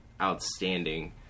outstanding